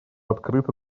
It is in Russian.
открыта